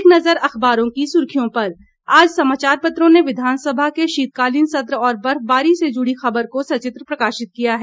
एक नज़र अखबारों की सुर्खियों पर आज समाचार पत्रों ने विधानसभा के शीतकालीन सत्र और बर्फबारी से जुड़ी खबर को सचित्र प्रकाशित किया है